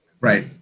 Right